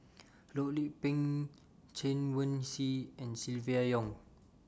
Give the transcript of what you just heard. Loh Lik Peng Chen Wen Hsi and Silvia Yong